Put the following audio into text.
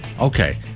Okay